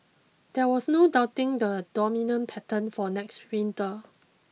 there was no doubting the dominant pattern for next winter